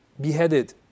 beheaded